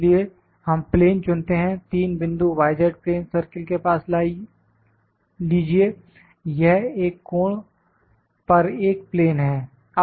इसलिए हम प्लेन चुनते हैं 3 बिंदु y z प्लेन सर्किल के पास लीजिए यह एक कोण पर एक प्लेन है